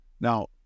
Now